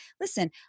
listen